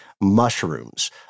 mushrooms